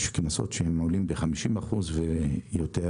יש קנסות שעולים ב-50 אחוזים ויותר